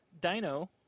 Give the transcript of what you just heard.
dino